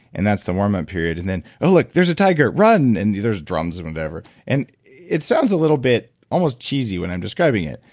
and that's the warm up period. and then, look, there's a tiger, run. and there's drums of endeavor and it sounds a little bit almost cheesy when i'm describing it.